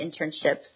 internships